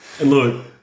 Look